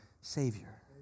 Savior